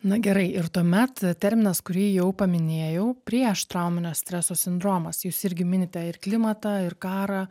na gerai ir tuomet terminas kurį jau paminėjau prieštrauminio streso sindromas jūs irgi minite ir klimatą ir karą